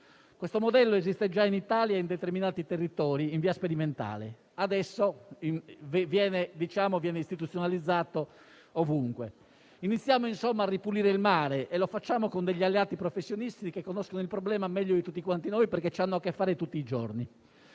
Questo modello esiste già in Italia in via sperimentale in determinati territori, ma adesso viene istituzionalizzato ovunque. Iniziamo insomma a ripulire il mare e lo facciamo con degli alleati professionisti che conoscono il problema meglio di tutti noi, perché ci hanno a che fare tutti i giorni.